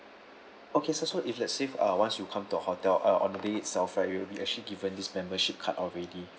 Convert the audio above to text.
okay sir so if let's say uh once you come to our hotel uh on the day itself right you will be actually given this membership card already